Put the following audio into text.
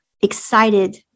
excited